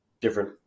different